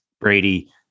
Brady